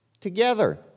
together